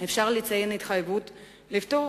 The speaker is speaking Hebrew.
אפשר לציין התחייבות לפטור